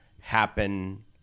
happen